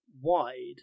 wide